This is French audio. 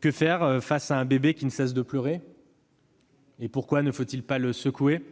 Que faire face à un bébé qui ne cesse de pleurer ? Pourquoi ne faut-il pas le secouer ?